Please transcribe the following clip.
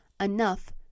enough